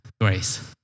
grace